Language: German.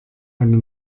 eine